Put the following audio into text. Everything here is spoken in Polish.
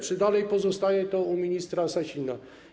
Czy dalej pozostaje to u ministra Sasina?